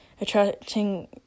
attracting